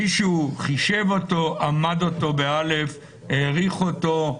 מישהו חישב אותו, אמד אותו, העריך אותו?